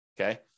Okay